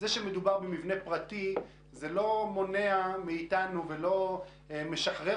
זה שמדובר במבנה פרטי לא מונע מאיתנו ולא משחרר